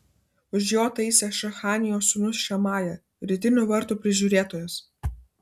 už jo taisė šechanijos sūnus šemaja rytinių vartų prižiūrėtojas